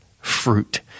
fruit